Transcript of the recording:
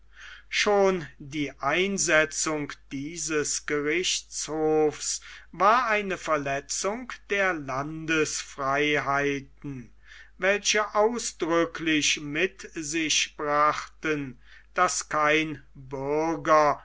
schon die einsetzung dieses gerichtshofs war eine verletzung der landesfreiheiten welche ausdrücklich mit sich brachten daß kein bürger